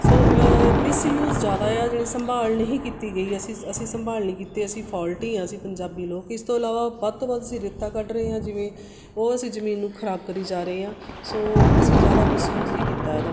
ਸੋ misuse ਜ਼ਿਆਦਾ ਆ ਜਿਹੜੀ ਸੰਭਾਲ ਨਹੀਂ ਕੀਤੀ ਗਈ ਅਸੀਂ ਅਸੀਂ ਸੰਭਾਲ ਨਹੀਂ ਕੀਤੀ ਅਸੀਂ ਫੋਲਟੀ ਹਾਂ ਅਸੀਂ ਪੰਜਾਬੀ ਲੋਕ ਇਸ ਤੋਂ ਇਲਾਵਾ ਵੱਧ ਤੋਂ ਵੱਧ ਅਸੀਂ ਰੇਤਾ ਕੱਢ ਰਹੇ ਹਾਂ ਜਿਵੇਂ ਉਹ ਅਸੀਂ ਜਮੀਨ ਨੂੰ ਖਰਾਬ ਕਰੀ ਜਾ ਰਹੇ ਹਾਂ ਸੋ ਅਸੀਂ ਜ਼ਿਆਦਾ ਮਿਸਯੂਸ ਹੀ ਕੀਤਾ ਇਹਦਾ